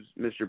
Mr